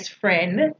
friend